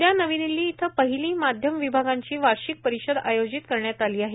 उदया नवी दिल्ली इथं पहिली माध्यम विभागांची वार्षिक परिषद आयोजित करण्यात आली आहे